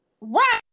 Right